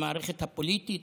במערכת הפוליטית,